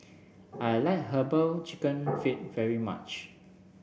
I like herbal chicken feet very much